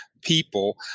people